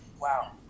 Wow